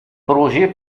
projet